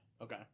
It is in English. Okay